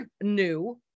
new